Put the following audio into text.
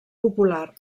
popular